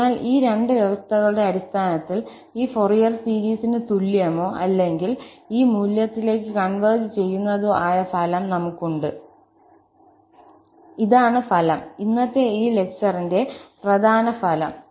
അതിനാൽ ഈ രണ്ടു വ്യവസ്ഥകളുടെ അടിസ്ഥാനത്തിൽ ഈ ഫൊറിയർ സീരീസിന് തുല്യമോ അല്ലെങ്കിൽ ഈ മൂല്യത്തിലേക്ക് കൺവെർജ് ചെയ്യുന്നതോ ആയ ഫലം നമുക് ഉണ്ട് ഇതാണ് ഫലം ഇന്നത്തെ ഈ ലെക്ചറിന്റെ പ്രധാന ഫലം